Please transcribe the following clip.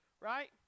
right